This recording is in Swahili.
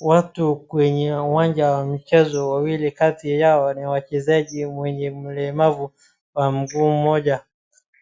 Watu kwenye uwanja wa mchezo wawili kati yao ni wachezaji wenye ulemavu wa mguu mmoja.